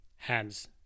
hands